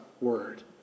word